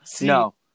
No